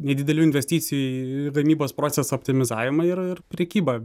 nedidelių investicijų į gamybos proceso optimizavimą ir ir prekybą